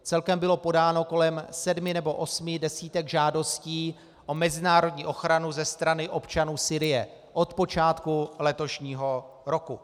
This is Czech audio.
Celkem bylo podáno kolem sedmi nebo osmi desítek žádostí o mezinárodní ochranu ze strany občanů Sýrie od počátku letošního roku.